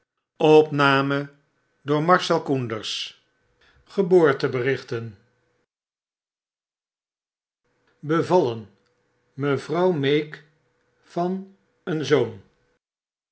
geboorte berichten bevallen mevrouw meek van een zoon